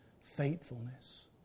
faithfulness